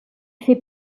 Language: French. fait